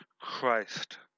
Christ